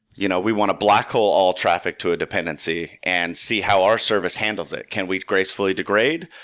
you know we want to black hole all traffic to a dependency and see how our service handles it. can we gracefully degrade?